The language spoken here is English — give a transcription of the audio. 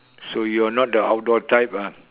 so you are not the outdoor type ah